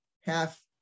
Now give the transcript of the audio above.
half